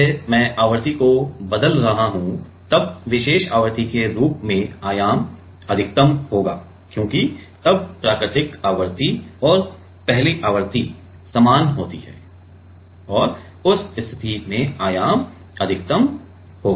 जैसे मैं आवृत्ति को बदल रहा हूं तब विशेष आवृत्ति के रूप में आयाम अधिकतम होगा क्योंकि तब प्राकृतिक आवृत्ति और पहली आवृत्ति समान होती है उस स्थिति में आयाम अधिकतम ठीक होगा